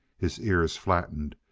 his ears flattened,